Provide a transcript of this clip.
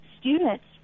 students